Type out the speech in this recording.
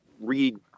read